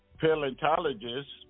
paleontologists